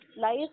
Life